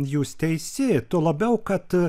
jūs teisi tuo labiau kad